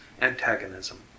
antagonism